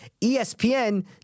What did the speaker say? ESPN